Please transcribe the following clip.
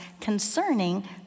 concerning